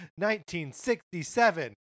1967